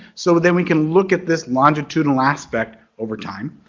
so then we can look at this longitudinal aspect over time.